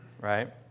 Right